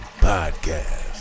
Podcast